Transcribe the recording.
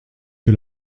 que